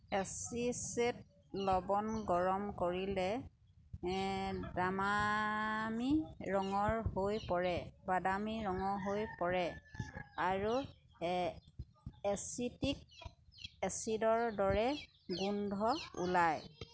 acetate লৱণ গৰম কৰিলে বাদামী ৰঙৰ হৈ পৰে বাদামী ৰঙৰ হৈ পৰে আৰু এ এচিটিক এচিডৰ দৰে গোন্ধ ওলায়